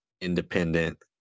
independent